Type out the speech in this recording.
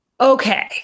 Okay